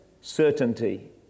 certainty